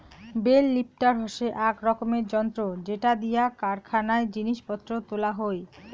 bell lifter হসে আক রকমের যন্ত্র যেটা দিয়া কারখানায় জিনিস পত্র তোলা হই